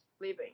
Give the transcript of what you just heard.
living